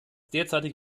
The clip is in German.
derzeitige